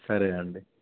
సరే అండి